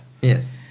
Yes